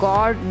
God